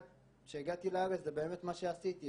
כשהגעתי לארץ זה באמת מה שעשיתי.